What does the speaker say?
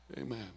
Amen